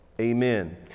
Amen